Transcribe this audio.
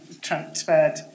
transferred